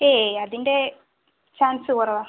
ഏയ് അതിൻ്റെ ചാൻസ് കുറവാണ്